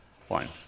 fine